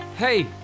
Hey